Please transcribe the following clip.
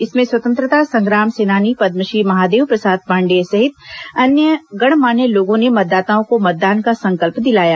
इसमें स्वतंत्रता संग्राम सेनानी पद्मश्री महादेव प्रसाद पांडेय सहित अन्य गणमान्य लोगों ने मतदाताओं को मतदान का संकल्प दिलाया